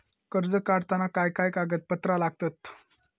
कर्ज काढताना काय काय कागदपत्रा लागतत?